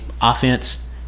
Offense